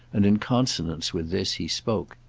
and in consonance with this he spoke.